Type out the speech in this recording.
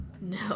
No